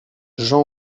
jean